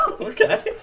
Okay